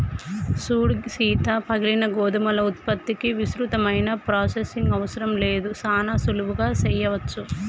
సూడు సీత పగిలిన గోధుమల ఉత్పత్తికి విస్తృతమైన ప్రొసెసింగ్ అవసరం లేదు సానా సులువుగా సెయ్యవచ్చు